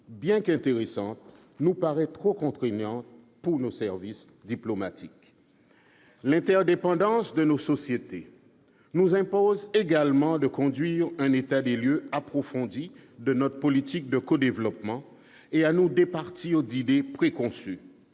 bien qu'intéressante, nous paraît trop contraignante pour nos services diplomatiques. L'interdépendance de nos sociétés nous impose également de dresser un état des lieux approfondi de notre politique de codéveloppement et de nous départir d'idées préconçues.